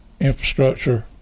infrastructure